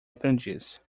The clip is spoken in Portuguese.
aprendiz